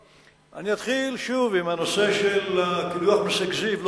לא, אני אתחיל שוב עם הנושא של הקידוח בכזיב.